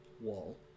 wall